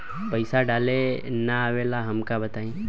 पईसा डाले ना आवेला हमका बताई?